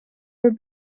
were